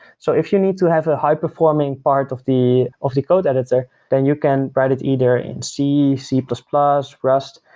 so if you need to have a high-performing part of the of the code editor, then you can write it either in c, c plus plus, rust,